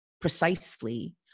precisely